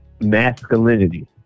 masculinity